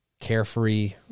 carefree